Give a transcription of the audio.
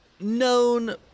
known